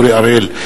אורי אריאל,